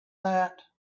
that